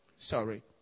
Sorry